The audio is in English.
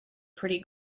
pretty